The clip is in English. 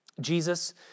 Jesus